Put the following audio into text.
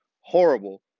horrible